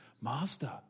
Master